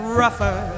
rougher